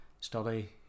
study